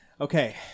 Okay